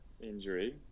injury